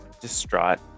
distraught